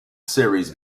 series